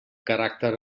caràcter